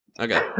Okay